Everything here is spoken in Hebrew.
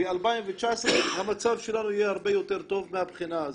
ב-2019 המצב שלנו יהיה הרבה יותר טוב מהבחינה הזאת.